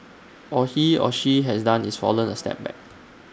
all he or she has done is fallen A step back